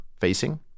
facing